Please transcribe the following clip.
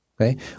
okay